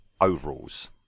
overalls